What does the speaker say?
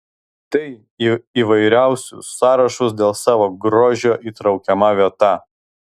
tai į įvairiausius sąrašus dėl savo grožio įtraukiama vieta